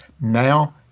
now